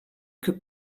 que